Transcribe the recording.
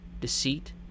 deceit